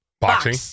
Boxing